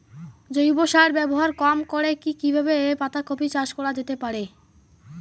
জৈব সার ব্যবহার কম করে কি কিভাবে পাতা কপি চাষ করা যেতে পারে?